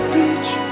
reach